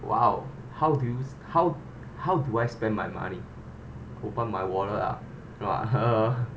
!wow! how do you how how do I spend my money open my wallet ah know ah